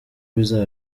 bizaba